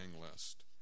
list